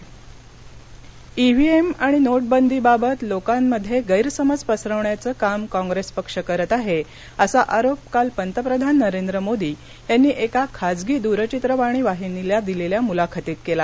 पंतप्रधान मलाखत ईव्हीएम आणि नोटबंदीबाबत लोकांमध्ये गैरसमज पसरवण्याचं काम काँप्रेस पक्ष करत आहे असा आरोप काल पंतप्रधान नरेंद्र मोदी यांनी एका खाजगी दूरचित्रवाणी वाहिनीला दिलेल्या मुलाखतीत केला